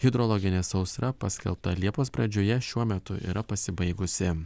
hidrologinė sausra paskelbta liepos pradžioje šiuo metu yra pasibaigusi